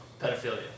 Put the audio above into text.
pedophilia